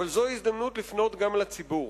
זוהי הזדמנות לפנות גם לציבור.